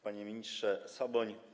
Panie Ministrze Soboń!